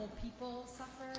people suffer?